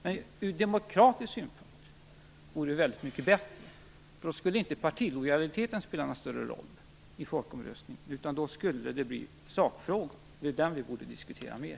Men från demokratisk synpunkt är det mycket mer tillfredsställande med en folkomröstning - då kommer inte partilojaliteten att spela någon större roll, utan då kommer sakfrågan att bli avgörande, och den borde vi diskutera mer.